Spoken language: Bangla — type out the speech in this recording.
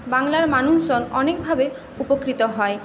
বাংলার মানুষজন অনেকভাবে উপকৃত হয়